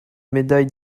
médailles